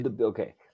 Okay